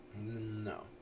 No